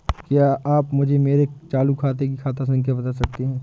क्या आप मुझे मेरे चालू खाते की खाता संख्या बता सकते हैं?